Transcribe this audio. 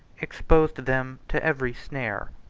exposed them to every snare.